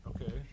Okay